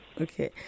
Okay